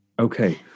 Okay